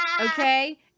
okay